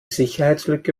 sicherheitslücke